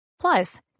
Plus